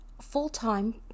full-time